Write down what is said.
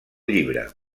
llibre